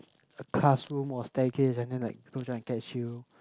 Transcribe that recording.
a classroom or staircase and then like go down and catch you